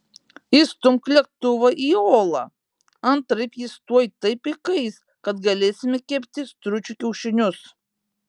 įstumk lėktuvą į olą antraip jis tuoj taip įkais kad galėsime kepti stručių kiaušinius